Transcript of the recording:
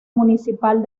municipal